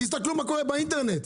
תראו מה קורה באינטרנט.